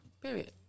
period